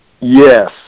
Yes